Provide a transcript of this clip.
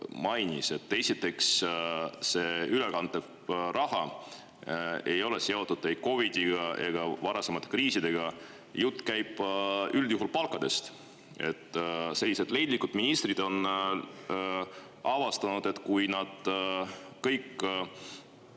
mainis. Esiteks, ülekantav raha ei ole seotud ei COVID‑iga ega varasemate kriisidega. Jutt käib üldjuhul palkadest. Leidlikud ministrid on avastanud, et kui nad kõiki